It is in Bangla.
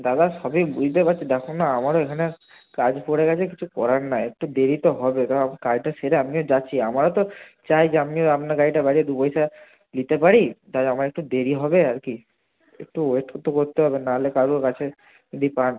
দাদা সবই বুঝতে পারছি দেখুন না আমারও এখানে কাজ পড়ে গেছে কিছু করার নাই একটু দেরি তো হবে কারণ আমি কাজটা সেরে আমি যাচ্ছি আমারও তো চাই যে আপনি আপনার গাড়িটা বাড়িয়ে দেব স্যার দিতে পারি তাহলে আমার একটু দেরি হবে আর কি একটু ওয়েট তো করতে হবে নাহলে কারোর কাছে যদি পান